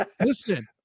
listen